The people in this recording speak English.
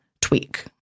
tweak